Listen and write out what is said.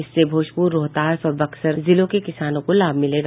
इससे भोजपुर रोहतास और बक्सर जिलों के किसानों को लाभ मिलेगा